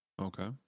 Okay